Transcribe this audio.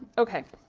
okay.